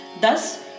Thus